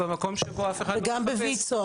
ושוב פעם יושב הראש צריך להגיד,